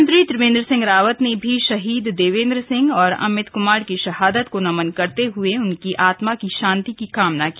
मुख्यमंत्री त्रिवेंद्र सिंह रावत ने भी शहीद देवेंद्र सिंह और अमित कुमार की शहादत को नमन करते हए उनकी आत्मा की शांति की कामना की